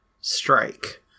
strike